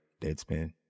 Deadspin